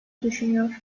düşünüyor